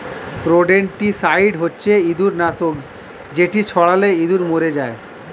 rodenticide হচ্ছে ইঁদুর নাশক যেটি ছড়ালে ইঁদুর মরে যায়